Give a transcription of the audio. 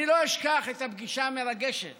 אני לא אשכח את הפגישה המרגשת